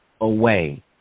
away